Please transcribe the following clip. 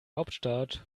hauptstadt